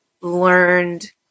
learned